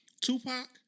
Tupac